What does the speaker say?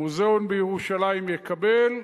מוזיאון בירושלים יקבל,